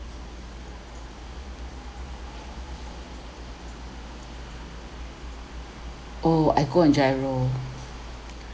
oh I go on GIRO